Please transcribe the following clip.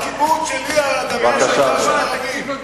הקיבוץ שלי על אדמה שהיתה של ערבים,